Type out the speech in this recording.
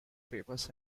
papers